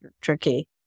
tricky